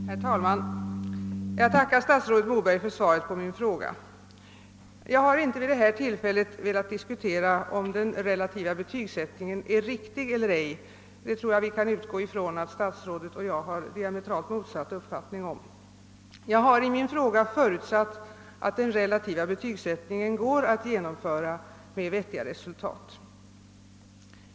Herr talman! Jag tackar statsrådet Moberg för svaret på min fråga. Jag har inte vid detta tillfälle haft för avsikt att diskutera huruvida den relativa betygsättningen är riktig eller ej — vi kan nog utgå från att herr Mo berg och jag har diametralt motsatta uppfattningar om detta. Jag har i min fråga förutsatt att den relativa betygsättningen går att genomföra med vettiga resultat.